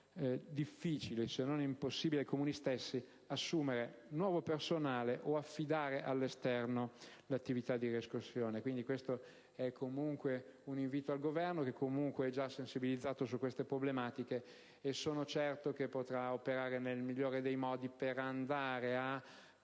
difficile, se non impossibile, ai Comuni stessi assumere nuovo personale o affidare all'esterno l'attività di riscossione. Questo è un invito al Governo, che comunque è già sensibilizzato su tali problematiche, e sono certo che potrà operare nel migliore dei modi per porre